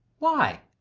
why?